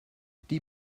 die